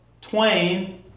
twain